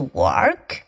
work